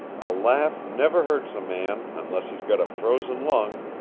a laugh never hurts a man, unless he's got a frozen lung.